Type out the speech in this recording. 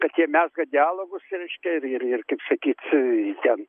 kad jie mezga dialogus reiškia ir ir kaip sakyt ten